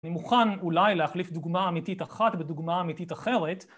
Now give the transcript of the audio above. אני מוכן אולי להחליף דוגמה אמיתית אחת בדוגמה אמיתית אחרת